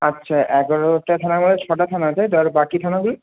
আচ্ছা এগারোটা থানার মধ্যে ছটা থানা তাই তো আর বাকি থানা